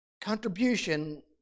contribution